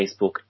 Facebook